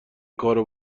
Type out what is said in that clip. کارو